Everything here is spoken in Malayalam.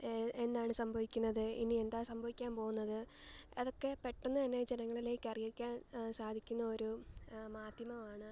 എന്താണ് സംഭവിക്കുന്നത് ഇനി എന്താണ് സംഭവിക്കാൻ പോകുന്നത് അതൊക്കെ പെട്ടെന്ന് തന്നെ ജനങ്ങളിലേക്ക് അറിയിക്കാൻ സാധിക്കുന്ന ഒരു മാധ്യമമാണ്